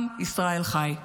עם ישראל חי.